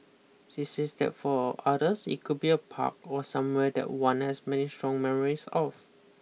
she says that for others it could be a park or somewhere that one has many strong memories of